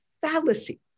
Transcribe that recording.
fallacy